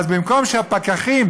אז במקום שהפקחים,